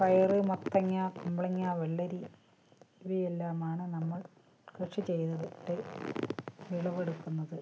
പയര് മത്തങ്ങ കുമ്പളങ്ങ വെള്ളരി ഇവയെല്ലാമാണു നമ്മൾ കൃഷി ചെയ്തിട്ടു വിളവെടുക്കുന്നത്